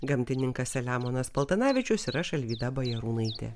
gamtininkas selemonas paltanavičius ir aš alvyda bajarūnaitė